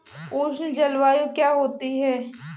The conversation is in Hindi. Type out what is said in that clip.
उष्ण जलवायु क्या होती है?